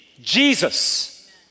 Jesus